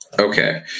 Okay